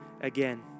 again